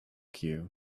cue